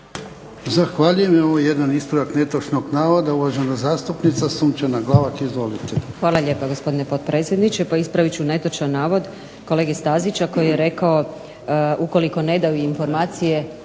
Zahvaljujem. Imamo jedan ispravak netočnog navoda. Uvažena zastupnica Sunčana Glavak, izvolite.